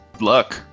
luck